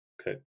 Okay